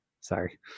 sorry